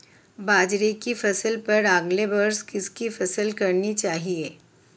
बाजरे की फसल पर अगले वर्ष किसकी फसल करनी चाहिए?